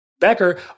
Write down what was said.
Becker